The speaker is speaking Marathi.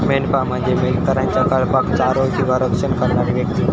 मेंढपाळ म्हणजे मेंढरांच्या कळपाक चारो किंवा रक्षण करणारी व्यक्ती